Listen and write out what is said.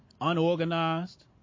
unorganized